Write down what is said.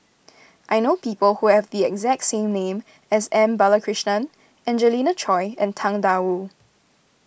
I know people who have the exact name as M Balakrishnan Angelina Choy and Tang Da Wu